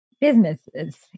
businesses